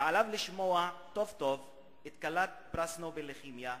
ועליו לשמוע טוב-טוב את כלת פרס נובל לכימיה,